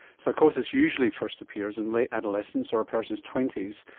psychosis usually first appears in late adolescence or a person's twenty s,